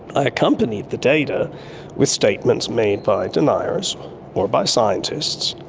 i accompanied the data with statements made by deniers or by scientists,